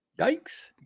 Yikes